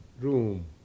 room